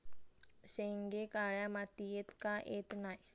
शेंगे काळ्या मातीयेत का येत नाय?